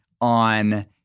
on